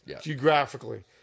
Geographically